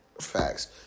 Facts